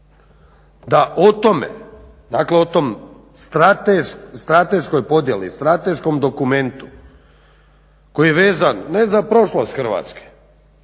da o toj strateškoj podjeli, strateškom dokumentu koji je vezan ne za prošlost Hrvatske,